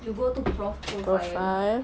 you go to prof profile